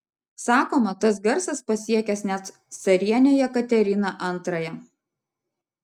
sakoma tas garsas pasiekęs net carienę jekateriną antrąją